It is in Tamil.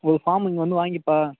ஒரு ஃபார்ம் இங்கே வந்து வாங்கிப்பா